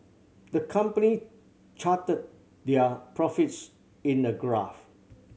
the company charted their profits in a graph